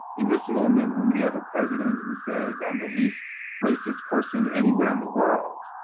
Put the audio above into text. in this moment when we have a president who says i'm the least racist person anywhere in the world,